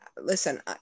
listen